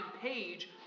page